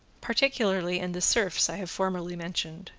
particularly in the surfs i have formerly mentioned,